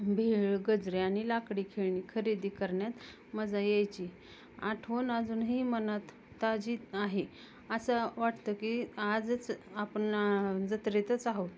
भेळ गजरे आणि लाकडी खेळणी खरेदी करण्यात मजा यायची आठवण अजूनही मनात ताजी आहे असं वाटतं की आजच आपण जत्रेतच आहो